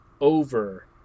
over